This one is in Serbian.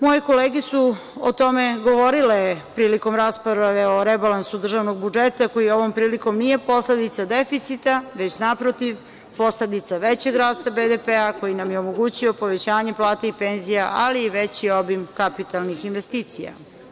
Moje kolege su o tome govorile prilikom rasprave o rebalansu državnog budžeta koji ovom prilikom nije posledica deficita, već naprotiv, posledica većeg rasta BDP-a koji nam je omogućio povećanje plata i penzija, ali i veći obim kapitalnih investicija.